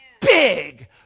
big